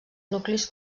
nuclis